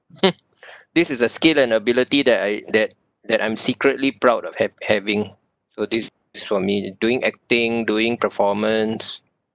this is a skill and ability that I that that I'm secretly proud of ha~ having so this is for me doing acting doing performance